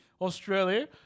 Australia